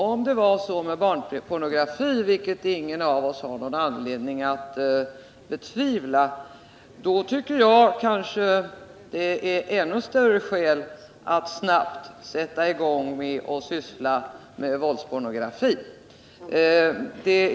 Om det var så med barnpornografin, vilket ingen av oss har anledning att betvivla, tycker jag att det finns ännu större skäl att snabbt sätta i gång arbetet i frågan om våldspornografi.